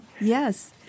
Yes